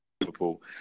Liverpool